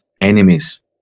enemies